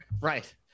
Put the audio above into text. Right